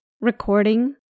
recording